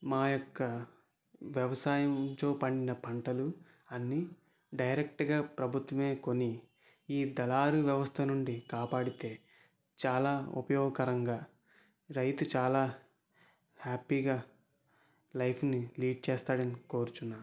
మా యొక్క వ్యవసాయంతో పండిన పంటలు అన్ని డైరెక్ట్గా ప్రభుత్వమే కొని ఈ దళారు వ్యవస్థ నుండి కాపాడితే చాలా ఉపయోగకరంగా రైతు చాలా హ్యాపీగా లైఫ్ని లీడ్ చేస్తాడు అని కోరుచున్నాను